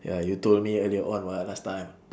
ya you told me on your own [what] last time